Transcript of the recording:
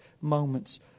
moments